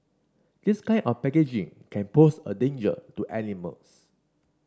this kind of packaging can pose a danger to animals